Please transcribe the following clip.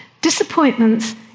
Disappointments